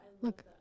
Look